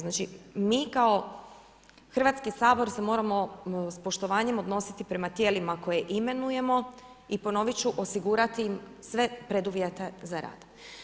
Znači mi kao Hrvatski sabor se moramo s poštovanjem odnositi prema tijelima koje imenujemo i ponovit ću, osigurati im sve preduvjete za rad.